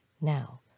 Now